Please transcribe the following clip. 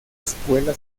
escuela